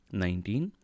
nineteen